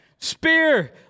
spear